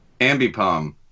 Ambipom